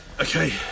Okay